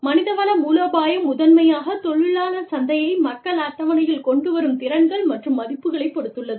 மனிதவள மூலோபாயம் முதன்மையாகத் தொழிலாளர் சந்தையை மக்கள் அட்டவணையில் கொண்டு வரும் திறன்கள் மற்றும் மதிப்புகளைப் பொறுத்துள்ளது